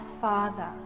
Father